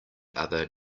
other